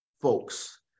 folks